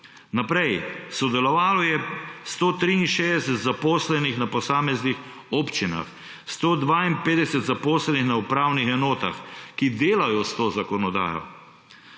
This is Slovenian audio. Naprej, sodelovalo je 163 zaposlenih na posameznih občinah, 152 zaposlenih na upravnih enotah, ki delajo s to zakonodajo.